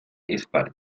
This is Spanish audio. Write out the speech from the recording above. esparta